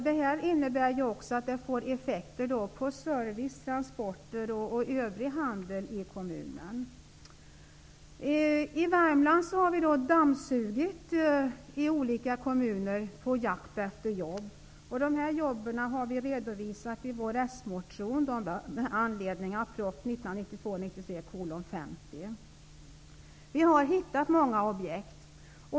Det får effekter också på service, transporter och handel i kommunen. I Värmland har vi dammsugit de olika kommunerna på jakt efter jobb, och de jobben har vi redovisat i vår s-motion med anledning av proposition 1992/93:50. Vi har hittat många objekt.